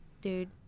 dude